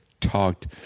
talked